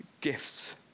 gifts